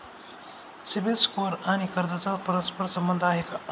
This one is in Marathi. सिबिल स्कोअर आणि कर्जाचा परस्पर संबंध आहे का?